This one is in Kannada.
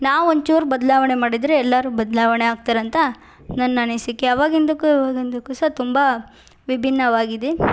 ನಾವು ಒಂಚೂರು ಬದಲಾವಣೆ ಮಾಡಿದರೆ ಎಲ್ಲಾರೂ ಬದಲಾವಣೆ ಆಗ್ತಾರಂತ ನನ್ನ ಅನಿಸಿಕೆ ಅವಾಗಿಂದಕ್ಕು ಇವಾಗಿಂದಕ್ಕು ಸಹಾ ತುಂಬ ವಿಭಿನ್ನವಾಗಿದೆ